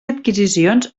adquisicions